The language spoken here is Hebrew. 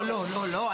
ונוער.